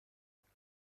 زندگی